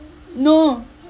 no